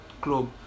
club